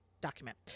document